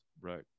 Right